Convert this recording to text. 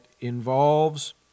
involves